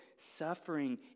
suffering